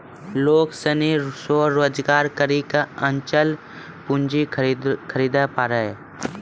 लोग सनी स्वरोजगार करी के अचल पूंजी खरीदे पारै